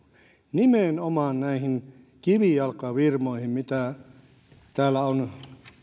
nimenomaan näihin kivijalkafirmoihin mitä täällä on